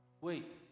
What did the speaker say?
wait